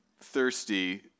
thirsty